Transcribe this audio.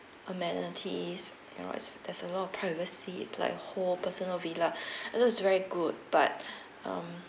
amenities you know there's a lot of privacy is like whole personal villa and everything was very good but um